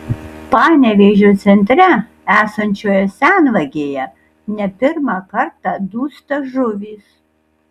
panevėžio centre esančioje senvagėje ne pirmą kartą dūsta žuvys